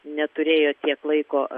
neturėjo tiek laiko